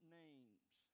names